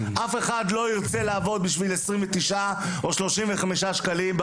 אף אחד לא ירצה לעבוד עבור 29 או 35 שקלים לשעה,